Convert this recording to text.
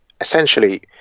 essentially